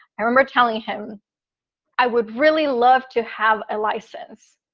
i remember telling him i would really love to have a license,